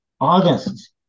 August